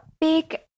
big